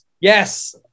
Yes